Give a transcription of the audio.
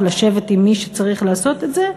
לשבת עם מי שצריך לשנות את זה,